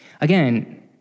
Again